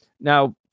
Now